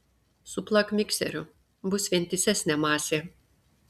suplak mikseriu bus vientisesnė masė